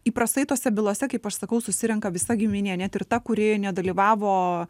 įprastai tose bylose kaip aš sakau susirenka visa giminė net ir ta kuri nedalyvavo